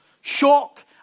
shock